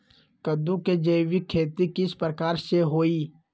कददु के जैविक खेती किस प्रकार से होई?